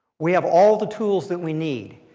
we have all the tools that we need,